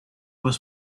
was